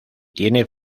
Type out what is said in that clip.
tiene